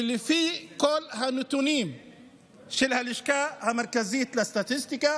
ולפי כל הנתונים של הלשכה המרכזית לסטטיסטיקה